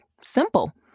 Simple